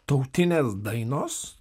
tautinės dainos